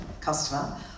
customer